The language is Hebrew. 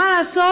מה לעשות?